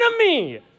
enemy